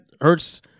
hurts